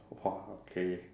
!wow! okay